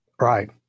right